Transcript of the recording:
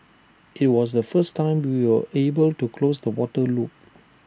IT was the first time we were able to close the water loop